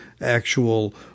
actual